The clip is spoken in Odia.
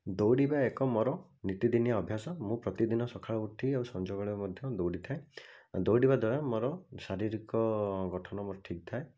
ଦୌଡ଼ିବା ଏକ ମୋର ନୀତିଦିନିଆ ଅଭ୍ୟାସ ମୁଁ ପ୍ରତିଦିନ ସକାଳୁ ଉଠି ଆଉ ସଞ୍ଜବେଳେ ମଧ୍ୟ ଦୌଡ଼ିଥାଏ ଆଉ ଦୌଡ଼ିବା ଦ୍ଵାରା ମୋର ଶାରୀରିକ ଗଠନ ମୋର ଠିକ୍ ଥାଏ